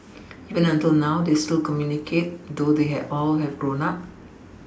even until now they still communicate though they have grown up